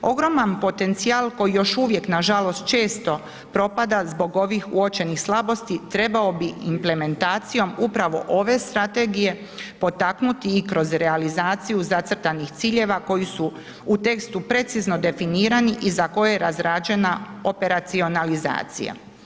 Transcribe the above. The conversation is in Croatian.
Ogroman potencijal koji još uvijek nažalost često propada zbog ovih uočenih slabosti trebao bi implementacijom upravo ove strategije potaknuti i kroz realizaciju zacrtanih ciljeva koji su u tekstu precizno definirani i za koje je razrađena operacionalizacija.